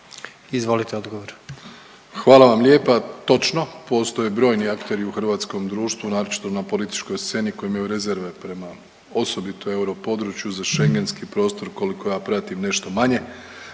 Andrej (HDZ)** Hvala vam lijepa. Točno, postoje brojni akteri u hrvatskom društvu naročito na političkoj sceni koji imaju rezerve prema osobito europodručju za Šengenski prostor, koliko ja pratim nešto manje,